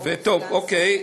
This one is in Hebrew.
אוקיי.